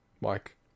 Mike